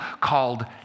called